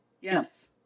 Yes